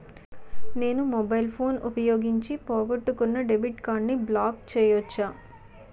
నేను mobile phone ఉపయోగించి పోగొట్టుకున్న డెబిట్ కార్డ్ని బ్లాక్ చేయవచ్చా?